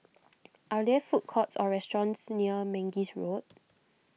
are there food courts or restaurants near Mangis Road